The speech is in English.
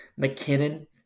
McKinnon